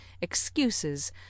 excuses